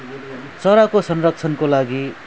चराको संरक्षणको लागि